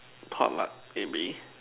potluck maybe